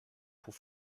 pour